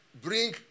bring